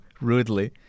rudely